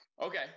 okay